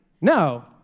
No